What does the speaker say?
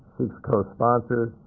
seeks cosponsors.